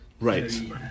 Right